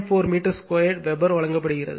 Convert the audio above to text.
4 மீட்டர்2 க்கு வெபர் வழங்கப்படுகிறது